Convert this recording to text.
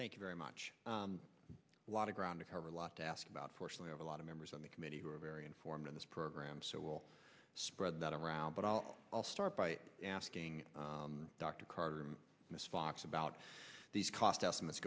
thank you very much a lot of ground to cover a lot to ask about force and have a lot of members on the committee who are very informed on this program so we'll spread that around but i'll i'll start by asking dr carter ms fox about these cost estimates